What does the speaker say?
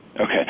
Okay